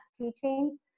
teaching